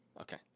Okay